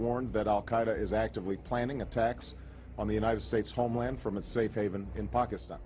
warned that al qaeda is actively planning attacks on the united states homeland from a safe haven in pakistan